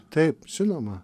taip žinoma